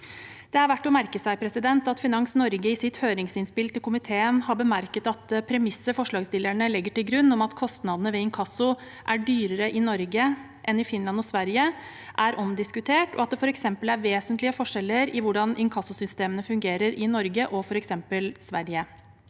Det er verdt å merke seg at Finans Norge i sitt høringsinnspill til komiteen har bemerket at premisset forslagsstillerne legger til grunn om at kostnadene ved inkasso er dyrere i Norge enn i Finland og Sverige, er omdiskutert. Det er vesentlige forskjeller i hvordan inkassosystemene fungerer i Norge og f.eks. Sverige.